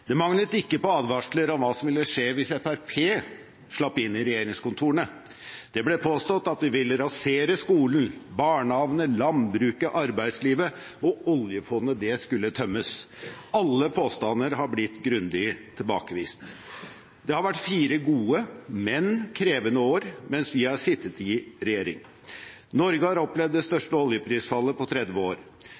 Det manglet ikke på advarsler om hva som ville skje hvis Fremskrittspartiet slapp inn i regjeringskontorene. Det ble påstått at det ville rasere skolen, barnehagene, landbruket og arbeidslivet, og oljefondet – det skulle tømmes. Alle påstander har blitt grundig tilbakevist. Det har vært fire gode, men krevende år mens vi har sittet i regjering. Norge har opplevd det største oljeprisfallet på 30 år,